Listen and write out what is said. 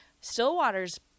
Stillwater's